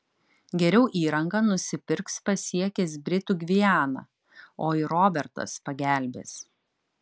geriau įrangą nusipirks pasiekęs britų gvianą o ir robertas pagelbės